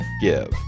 give